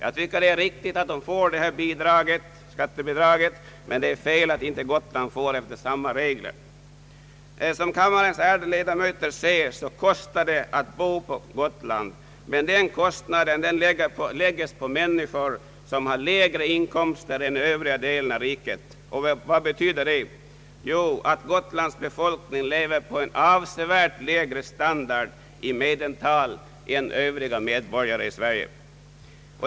Jag tycker att det är riktigt att kommunerna i mellersta Norrland får detta skattebidrag, men det är fel att inte Gotland får efter samma regler. Som kammarens ärade ledamöter ser så kostar det att bo på Gotland, men den kostnaden lägges på människor som har lägre inkomster än i övriga delar av riket. Vad betyder detta? Jo, att Gotlands befolkning lever på en avsevärt lägre standard i medeltal än övriga medborgare i Sverige.